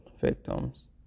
victims